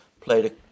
played